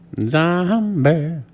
Zombie